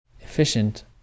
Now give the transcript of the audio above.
efficient